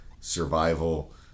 survival